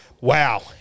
Wow